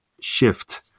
shift